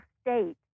state